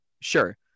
Sure